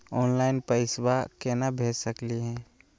Online पैसवा केना भेज सकली हे?